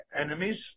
enemies